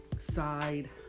side